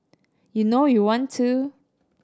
you know you want to